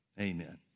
amen